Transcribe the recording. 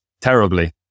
terribly